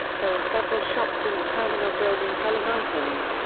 there are several shops in the terminal building selling items,